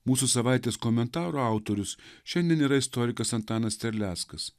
mūsų savaitės komentaro autorius šiandien yra istorikas antanas terleckas